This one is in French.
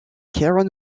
caron